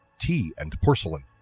tea and porcelain.